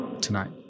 tonight